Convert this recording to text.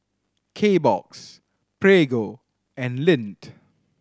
Kbox Prego and Lindt